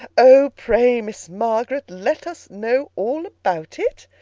oh! pray, miss margaret, let us know all about it,